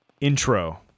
intro